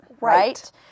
right